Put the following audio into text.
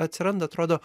atsiranda atrodo